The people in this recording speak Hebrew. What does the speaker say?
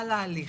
על ההליך.